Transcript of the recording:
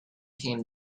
came